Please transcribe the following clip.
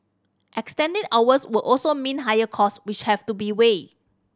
extending hours would also mean higher cost which have to be weighed